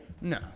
No